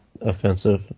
offensive